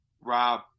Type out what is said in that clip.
Rob